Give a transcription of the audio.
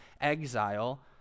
exile